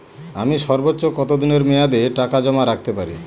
আমি সর্বোচ্চ কতদিনের মেয়াদে টাকা জমা রাখতে পারি?